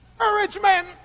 encouragement